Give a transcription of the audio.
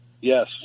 Yes